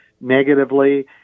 negatively